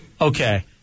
Okay